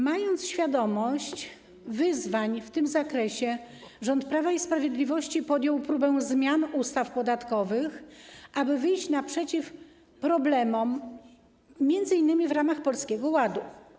Mając świadomość wyzwań w tym zakresie, rząd Prawa i Sprawiedliwości podjął próbę zmian ustaw podatkowych, aby wyjść naprzeciw problemom, m.in. w ramach Polskiego Ładu.